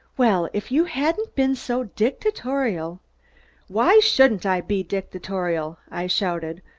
well, if you hadn't been so dictatorial why shouldn't i be dictatorial? i shouted,